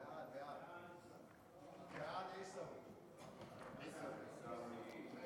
ההצעה להעביר